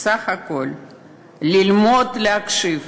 סך הכול, ללמוד להקשיב.